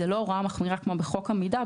זאת לא הוראה מחמירה כמו בחוק המידע,